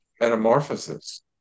metamorphosis